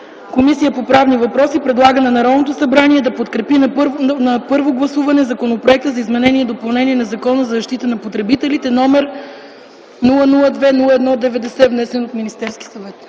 Комисията по правни въпроси предлага на Народното събрание да подкрепи на първо гласуване Законопроекта за изменение и допълнение на Закона за защита на потребителите, № 002-01-90, внесен от Министерски съвет.”